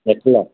Atlas